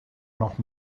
noch